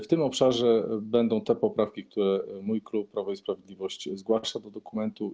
W tym obszarze będą te poprawki, które mój klub, klub Prawo i Sprawiedliwość, zgłasza do dokumentu.